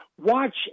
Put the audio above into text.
Watch